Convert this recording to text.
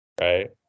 right